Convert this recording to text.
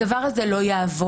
הדבר הזה לא יעבוד.